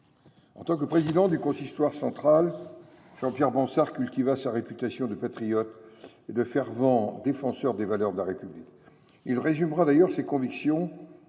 En tant que président du Consistoire central, Jean Pierre Bansard cultiva sa réputation de patriote et de fervent défenseur des valeurs de la République. Il résumera d’ailleurs ses convictions